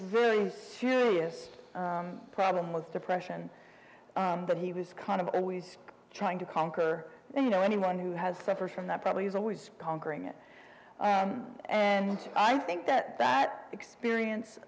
very serious problem with depression that he was kind of always trying to conquer you know anyone who has suffered from that probably is always conquering it and i think that that experience